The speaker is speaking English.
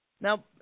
Now